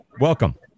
Welcome